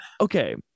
Okay